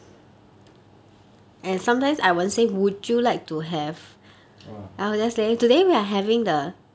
!wah!